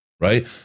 right